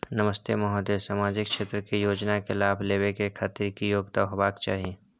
नमस्ते महोदय, सामाजिक क्षेत्र के योजना के लाभ लेबै के खातिर की योग्यता होबाक चाही?